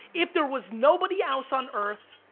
if there was nobody else on earth,